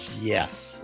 Yes